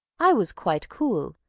i was quite cool,